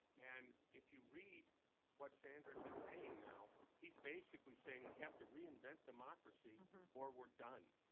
and if you read what sanders is saying now, he's basically saying, we have to reinvent democracy or we're done.